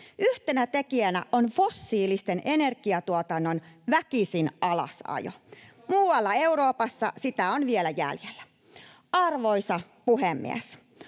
Yhtenä tekijänä on fossiilisten energiatuotannon väkisin alasajo. Muualla Euroopassa sitä on vielä jäljellä. Arvoisa puhemies!